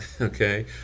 okay